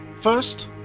First